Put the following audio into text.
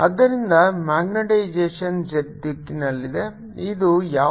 ಆದ್ದರಿಂದ magnetisation z ದಿಕ್ಕಿನಲ್ಲಿದೆ ಇದು ಯಾವುದು